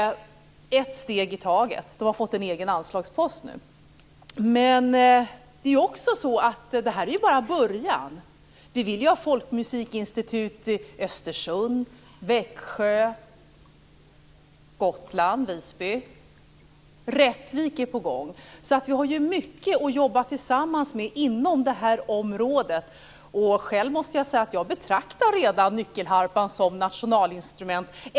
Ett steg i taget. Man har fått en egen anslagspost nu. Men detta är bara början. Vi vill ju ha folkmusikinstitut i Östersund, i Växjö och i Visby på Gotland. Rättvik är på gång. Vi har alltså mycket att jobba tillsammans med inom detta område. Jag måste säga att jag redan betraktar nyckelharpan som nationalinstrument.